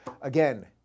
Again